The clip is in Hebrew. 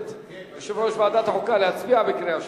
יושב-ראש ועדת החוקה, להצביע בקריאה שלישית?